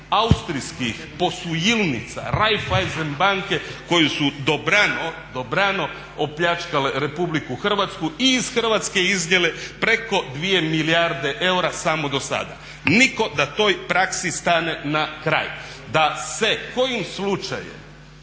austrijskih … Raiffeisen banke koju su dobrano opljačkale Republiku Hrvatsku i iz Hrvatske iznijele preko 2 milijarde eura samo do sada. Nitko da toj praksi stane na kraj. Da se kojim slučajem